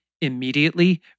immediately